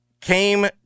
came